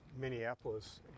Minneapolis